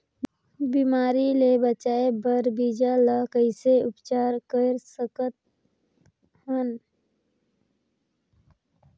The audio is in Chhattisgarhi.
बिमारी ले बचाय बर बीजा ल कइसे उपचार कर सकत हन?